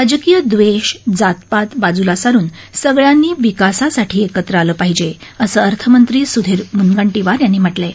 राजकीय द्वेष जातपात बाजूला सारून सगळ्याती विकासासाठी एकत्र आलप्राहिजे असअिर्थमत्ती सुधीर मुनगळीपार यातीी म्हटल आहे